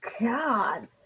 God